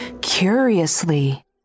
curiously